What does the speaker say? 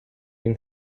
been